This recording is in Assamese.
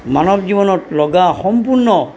মানৱ জীৱনত লগা সম্পূৰ্ণ